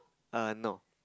err no